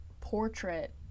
portrait